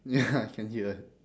ya I can hear